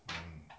mm